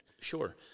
Sure